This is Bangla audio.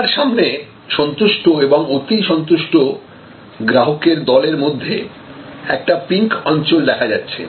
আপনার সামনে সন্তুষ্ট এবং অতি সন্তুষ্ট গ্রাহকের দলের মধ্যে একটা পিঙ্ক অঞ্চল দেখা যাচ্ছে